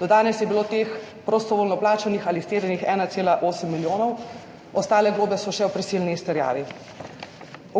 Do danes je bilo teh prostovoljno plačanih ali izterjanih 1,8 milijona, ostale globe so še v prisilni izterjavi.